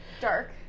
dark